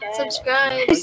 subscribe